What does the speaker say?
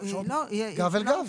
לא, ישולם כמו